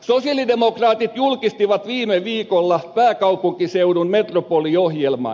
sosialidemokraatit julkistivat viime viikolla pääkaupunkiseudun metropoliohjelman